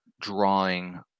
drawing